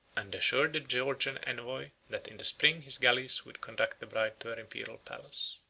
and assured the georgian envoy that in the spring his galleys should conduct the bride to her imperial palace.